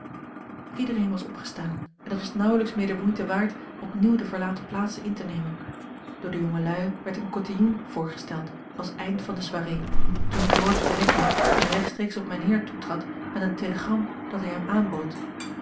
iedereen was opgestaan en het was nauwelijks meer de moeite waard opnieuw de verlaten plaatsen in te nemen door de jongelui werd een cotillon voorgesteld als eind van de soirée toen george binnenkwam en rechtstreeks op mijnheer toetrad met een telegram dat hij hem aanbood